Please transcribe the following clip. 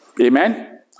Amen